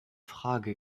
frage